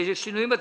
שינויים בתקציב.